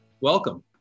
welcome